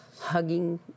hugging